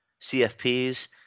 CFPs